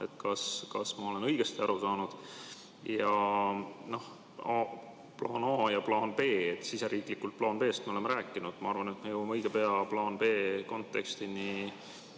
Kas ma olen õigesti aru saanud? Noh, plaan A ja plaan B. Siseriiklikult me plaan B‑st oleme rääkinud. Ma arvan, et me jõuame õige pea plaani B kontekstini